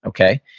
okay?